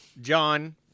John